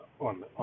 on